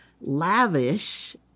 lavish